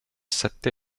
sette